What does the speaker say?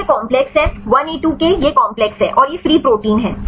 तो यह काम्प्लेक्स है 1A2K यह काम्प्लेक्स है और यह फ्री प्रोटीन है